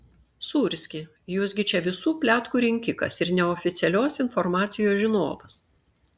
sūrski jūs gi čia visų pletkų rinkikas ir neoficialios informacijos žinovas